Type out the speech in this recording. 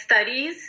studies